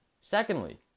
Secondly